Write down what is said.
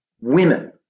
Women